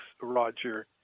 Roger